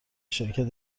شرکت